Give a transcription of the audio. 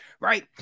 Right